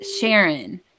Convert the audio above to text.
Sharon